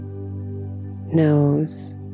nose